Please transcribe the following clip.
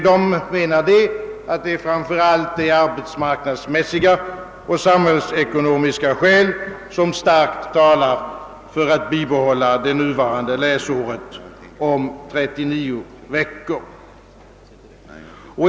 De menar, att det framför allt är de arbetsmarknadsmässiga och samhällsekonomiska skälen, som starkt talar för ett bibehållande av det nuvarande läsåret om 39 veckor.